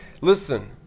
Listen